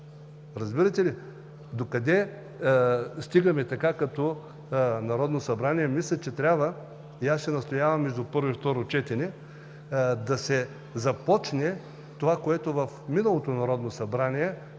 Разбирате ли докъде стигаме така? Мисля, че като Народно събрание трябва, и аз ще настоявам между първо и второ четене, да се започне това, което в миналото Народно събрание